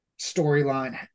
storyline